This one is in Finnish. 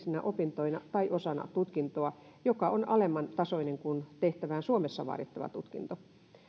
opintoina tai osana tutkintoa joka on alemman tasoinen kuin tehtävään suomessa vaadittava tutkinto